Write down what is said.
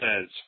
says